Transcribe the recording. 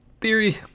theory